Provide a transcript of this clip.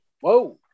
Whoa